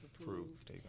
approved